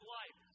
life